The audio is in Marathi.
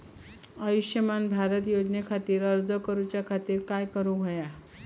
आयुष्यमान भारत योजने खातिर अर्ज करूच्या खातिर काय करुक होया?